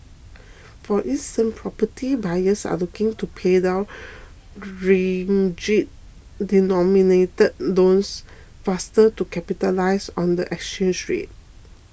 for instance property buyers are looking to pay down ringgit denominated loans faster to capitalise on the exchange rate